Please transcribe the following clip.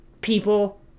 people